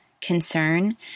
concern